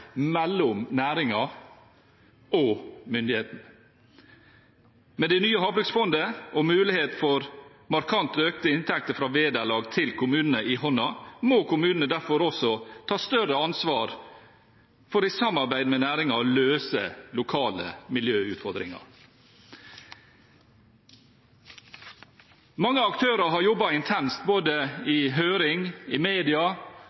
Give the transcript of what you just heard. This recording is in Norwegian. mellom næringen og myndighetene. Med det nye havbruksfondet og mulighet for markant økte inntekter fra vederlag til kommunene i hånden, må kommunene også ta større ansvar for å løse lokale miljøutfordringer i samarbeid med næringen. Mange aktører har jobbet intenst både i høring, i media